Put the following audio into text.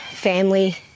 family